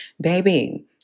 baby